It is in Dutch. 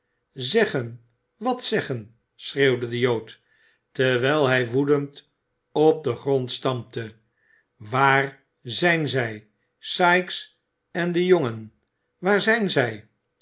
zeggen wat zeggen schreeuwde de jood terwijl hij woedend op den grond stampte waar zijn zij sikes en de jongen waar zijn zij